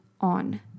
on